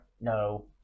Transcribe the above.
no